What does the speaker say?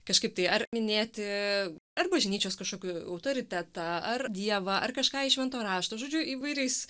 kažkaip tai ar minėti ar bažnyčios kažkokį autoritetą ar dievą ar kažką iš švento rašto žodžiu įvairiais